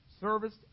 service